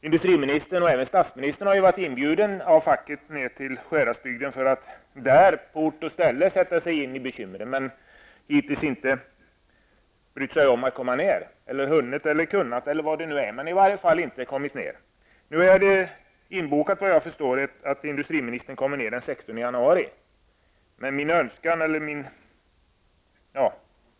Industriministern och även statsministern har varit inbjudna av facket till Sjuhäradsbygden för att där, på ort och ställe, sätta sig in i problemen. De har hittills inte brytt sig om att komma ner -- eller inte har hunnit eller kunnat, men har i varje fall inte kommit dit. Ett besök av industriministern är inbokat till den 16 januari.